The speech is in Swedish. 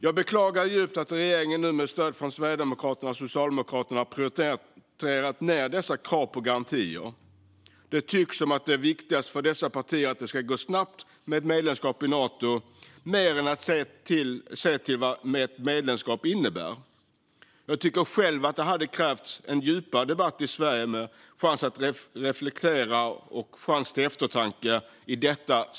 Jag beklagar djupt att regeringen nu med stöd från Sverigedemokraterna och Socialdemokraterna prioriterat ned dessa krav på garantier. Det tycks som om det är viktigare för dessa partier att det ska gå snabbt med ett medlemskap i Nato snarare än att se till vad ett medlemskap innebär. I detta svåra säkerhetspolitiska läge tycker jag själv att det hade behövts en djupare debatt i Sverige med chans till reflektion och eftertanke.